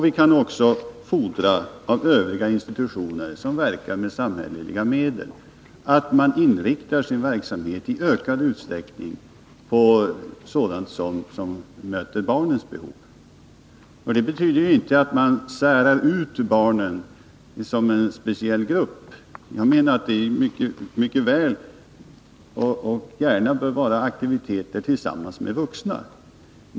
Vi kan också fordra av övriga institutioner som verkar med samhälleliga medel, att man inriktar sin verksamhet i ökad utsträckning på sådant som tillgodoser barnens behov. Det betyder ju inte att man särar ut barnen som en speciell grupp. Jag menar att det mycket gärna kan vara aktiviteter tillsammans med vuxna.